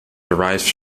derives